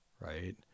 right